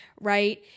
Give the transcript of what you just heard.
right